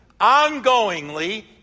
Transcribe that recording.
Ongoingly